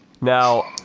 Now